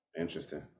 interesting